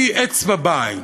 היא אצבע בעין.